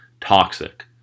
toxic